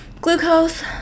glucose